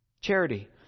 Charity